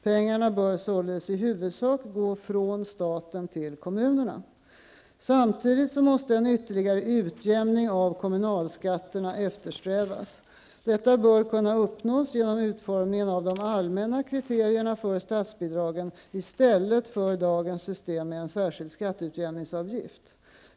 Pengarna bör således i huvudsak gå från staten till kommunerna. Samtidigt måste en ytterligare utjämning av kommunalskatterna eftersträvas. Detta bör kunna uppnås genom utformningen av de allmänna kriterierna för statsbidragen i stället för dagens system med en särskild skatteutjämningsavgift.